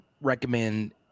recommend